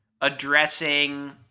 addressing